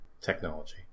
technology